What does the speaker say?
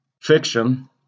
fiction